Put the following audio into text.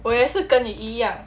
我也是跟你一样